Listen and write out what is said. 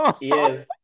yes